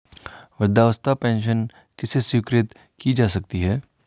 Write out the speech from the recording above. वृद्धावस्था पेंशन किसे स्वीकृत की जा सकती है?